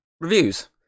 reviews